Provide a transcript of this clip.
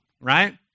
right